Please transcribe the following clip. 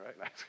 right